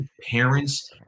parents